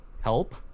Help